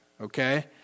okay